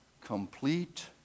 Complete